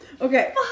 Okay